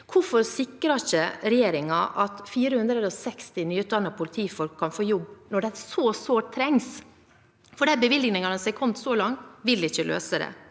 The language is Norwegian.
Hvorfor sikrer ikke regjeringen at 460 nyutdannede politifolk kan få jobb når de trengs så sårt? De bevilgningene som er kommet så langt, vil ikke løse det.